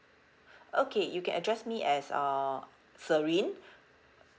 okay you can address me as uh serene